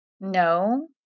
no